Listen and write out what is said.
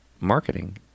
marketing